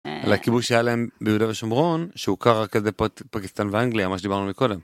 לכיבוש שהיה להם ביהודה ושומרון שהוא קרה כזה פקיסטאן ואנגליה, מה שדיברנו קודם.